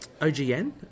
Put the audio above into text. OGN